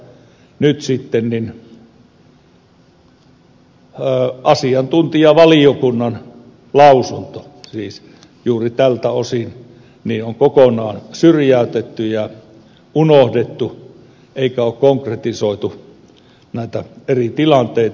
mutta nyt sitten asiantuntijavaliokunnan lausunto siis juuri tältä osin on kokonaan syrjäytetty ja unohdettu eikä ole konkretisoitu näitä eri tilanteita